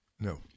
No